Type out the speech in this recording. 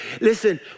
Listen